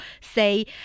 say